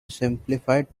simplified